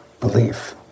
belief